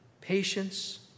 patience